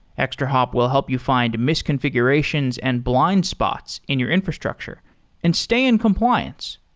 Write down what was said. extrahop will help you find misconfigurations and blind spots in your infrastructure and stay in compliance.